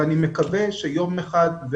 ואני מקווה שיום אחד,